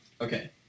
Okay